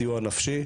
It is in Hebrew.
סיוע נפשי,